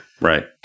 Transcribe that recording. Right